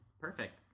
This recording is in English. perfect